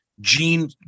Gene